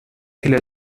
viele